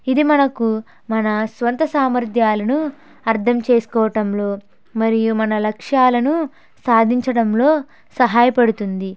ఇది మనకు మన సొంత సామర్థ్యాలను అర్థం చేసుకోవడంలో మరియు మన లక్ష్యాలను సాధించడంలో సహాయపడుతుంది